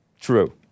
true